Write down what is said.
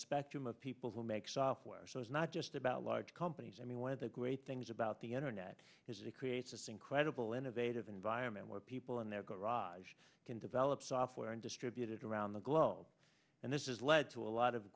spectrum of people who make software so it's not just about large companies i mean one of the great things about the internet is it creates this incredible innovative environment where people in their garage can develop software and distributed around the globe and this is led to a lot of